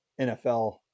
NFL